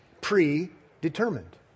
predetermined